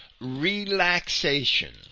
relaxation